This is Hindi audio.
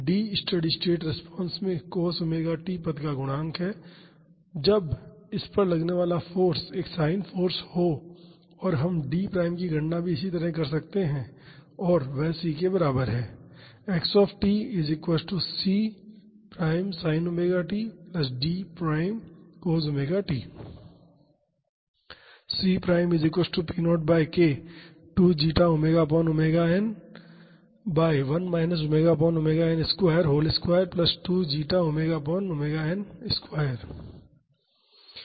D स्टेडी स्टेट रिस्पांस में cos ⍵t पद का गुणांक है जब इस पर लगने वाला फाॅर्स एक साइन फाॅर्स हो और हम D प्राइम की गणना भी इस तरह ही कर सकते हैं और वह C के बराबर है